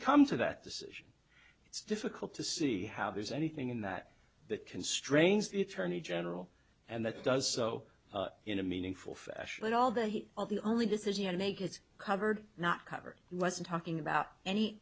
come to that decision it's difficult to see how there's anything in that that constrains the attorney general and that does so in a meaningful fashion all the heat of the only decision to make it's covered not covered unless i'm talking about any